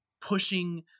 pushing